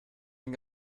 ein